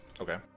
Okay